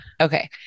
Okay